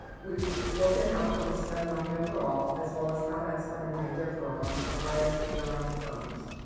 we've looked at how firms spend money overall as well as how that spending may differ amongst the highest growing firms.